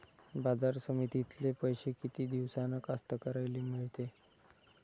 बाजार समितीतले पैशे किती दिवसानं कास्तकाराइले मिळते?